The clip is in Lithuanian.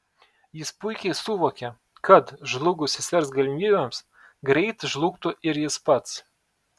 jis puikiai suvokė kad žlugus sesers galimybėms greit žlugtų ir jis pats